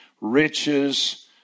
riches